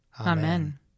Amen